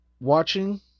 watching